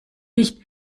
nicht